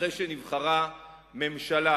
אחרי שנבחרה ממשלה,